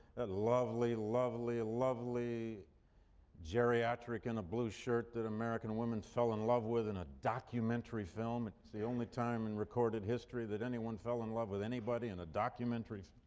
that lovely, lovely, lovely geriatric in a blue shirt that american women fell in love with in a documentary film. it's the only time in recorded history that anyone fell in love with anybody in a documentary.